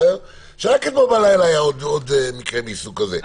שרק אתמול בלילה היה עוד מקרה מסוג כזה.